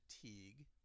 fatigue